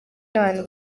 n’abantu